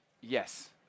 Yes